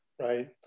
Right